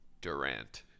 Durant